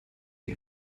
die